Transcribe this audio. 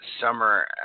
summer